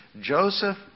Joseph